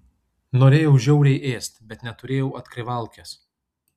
norėjau žiauriai ėst bet neturėjau atkrivalkės